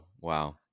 wow